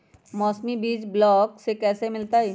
मौसमी बीज ब्लॉक से कैसे मिलताई?